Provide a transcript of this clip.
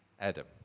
Adam